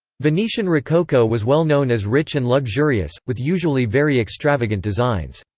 venetian rococo was well known as rich and luxurious, with usually very extravagant designs.